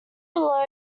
below